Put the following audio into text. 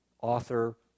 author